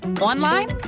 Online